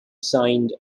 signed